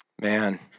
Man